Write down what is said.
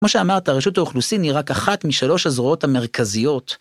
מה שאמרת, הרשות האוכלוסין היא רק אחת משלוש הזרועות המרכזיות.